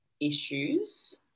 issues